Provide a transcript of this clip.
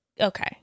Okay